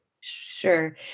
Sure